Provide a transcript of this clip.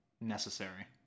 necessary